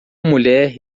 mulher